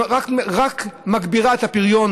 זה רק מגביר את הפריון,